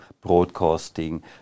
broadcasting